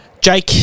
Jake